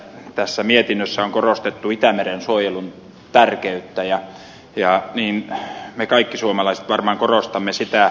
tässä mietinnössä on korostettu itämeren suojelun tärkeyttä ja me kaikki suomalaiset varmaan korostamme sitä